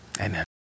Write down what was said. Amen